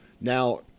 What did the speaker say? now